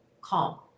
calm